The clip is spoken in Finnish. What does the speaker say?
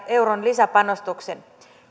euron lisäpanostuksen